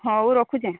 ହଉ ରଖୁଛି